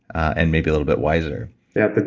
and maybe a little bit wiser yeah.